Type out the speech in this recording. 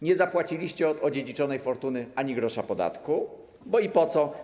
Nie zapłaciliście od odziedziczonej fortuny ani grosza podatku, bo i po co.